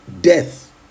death